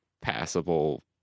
passable